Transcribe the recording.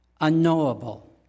unknowable